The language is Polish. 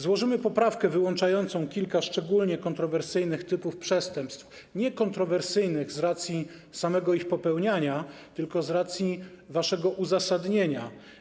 Złożymy poprawkę wyłączającą kilka szczególnie kontrowersyjnych typów przestępstw, kontrowersyjnych nie z racji samego ich popełniania, tylko z racji waszego uzasadnienia.